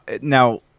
Now